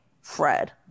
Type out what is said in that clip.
Fred